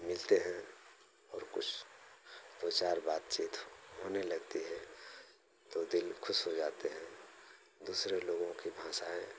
मिलते हैं और कुछ दो चार बातचीत होने लगती है तो दिल खुश हो जाते हैं दूसरे लोगों की भाषाएँ